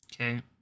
Okay